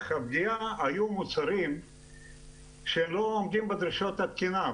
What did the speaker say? הפגיעה היו מוצרים שלא עומדים בדרישות התקינה,